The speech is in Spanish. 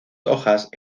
hojas